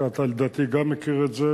סרטים כאלה ואחרים.